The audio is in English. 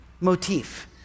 motif